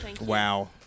Wow